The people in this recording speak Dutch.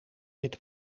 dit